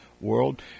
world